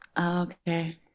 Okay